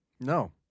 No